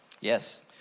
Yes